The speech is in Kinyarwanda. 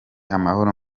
amahoro